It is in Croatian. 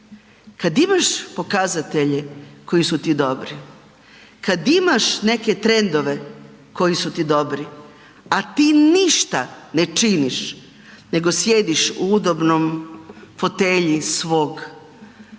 Kada imaš pokazatelje koji su ti dobri, kada imaš neke trendove koji su ti dobri, a ti ništa ne činiš nego sjediš u udobnoj fotelji svoje